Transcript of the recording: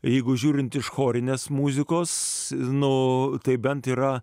jeigu žiūrint iš chorinės muzikos nu tai bent yra